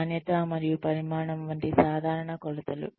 నాణ్యత మరియు పరిమాణం వంటి సాధారణ కొలతలు